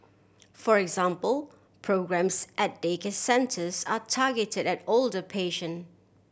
for example programmes at daycare centres are targeted at older patient